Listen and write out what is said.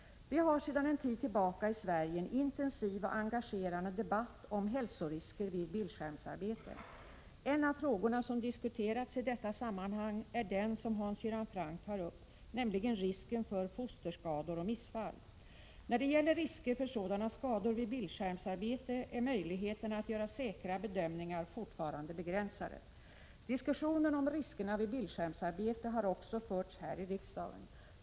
Vi har sedan en tid tillbaka i Sverige en intensiv och engagerande debatt om hälsorisker vid bildskärmsarbete. En av frågorna som diskuterats i detta sammanhang är den som Hans Göran Franck tar upp, nämligen risken för fosterskador och missfall. När det gäller risker för sådana skador vid bildskärmsarbete är möjligheterna att göra säkra bedömningar fortfarande begränsade. Diskussionen om riskerna vid bildskärmsarbete har också förts här i riksdagen.